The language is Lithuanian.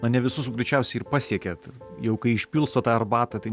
mane visus greičiausiai pasiekėt jau kai išpilstote arbatą tai